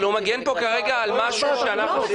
אבל הוא מגן פה כרגע על משהו שאנחנו --- לא,